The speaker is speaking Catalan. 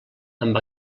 amb